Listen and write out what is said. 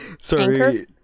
Sorry